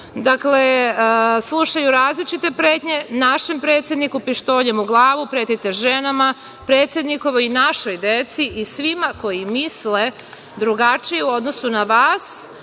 Slušaju različite pretnje našem predsedniku pištoljem u glavu, pretite ženama, predsednikovoj i našoj deci i svima koji misle drugačije u odnosu na vas,